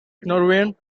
norwegian